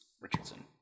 Richardson